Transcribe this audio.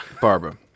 Barbara